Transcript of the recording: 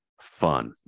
fun